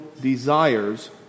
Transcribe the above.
desires